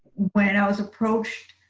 when i was approached